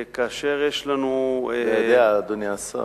כאשר יש לנו, אתה יודע, אדוני השר,